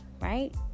right